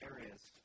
areas